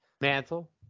mantle